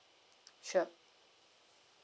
sure